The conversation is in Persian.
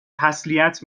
تسلیت